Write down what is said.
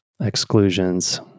exclusions